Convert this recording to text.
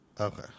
Okay